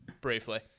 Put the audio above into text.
briefly